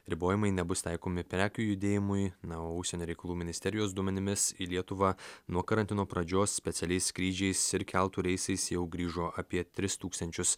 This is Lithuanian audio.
ribojimai nebus taikomi prekių judėjimui na o užsienio reikalų ministerijos duomenimis į lietuvą nuo karantino pradžios specialiais skrydžiais ir keltų reisais jau grįžo apie tris tūkstančius